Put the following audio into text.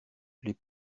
les